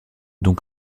donc